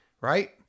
right